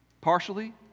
partially